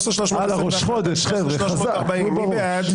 13,261 עד 13,280, מי בעד?